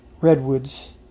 Redwoods